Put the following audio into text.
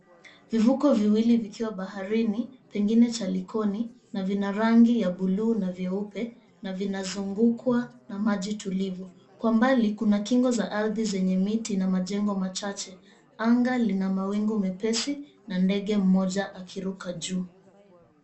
Vivuko viwili vikiwa baharini pengine cha Likoni na vina rangi ya buluu na nyeupe na vinazungukwa na maji tulivu, kwa mbali kuna kingo za ardhi zenye miti na majengo machache. Anga lina mawingu mepesi na ndege mmoja akiruka juu.